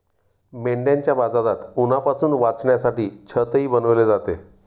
मेंढ्यांच्या बाजारात उन्हापासून वाचण्यासाठी छतही बनवले जाते